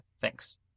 Thanks